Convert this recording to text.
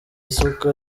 isuka